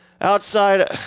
outside